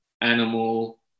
Animal